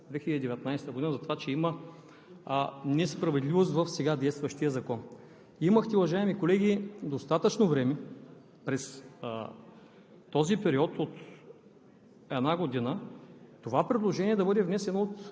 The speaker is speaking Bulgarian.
а жалбата, която е подадена, доколкото знам, е от октомври месец 2019 г. – за това, че има несправедливост в сега действащия закон. Уважаеми колеги, имахте достатъчно време през